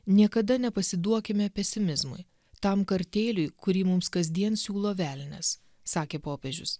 niekada nepasiduokime pesimizmui tam kartėliui kurį mums kasdien siūlo velnias sakė popiežius